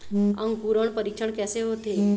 अंकुरण परीक्षण कैसे होथे?